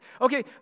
Okay